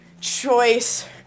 choice